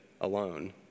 alone